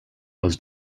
was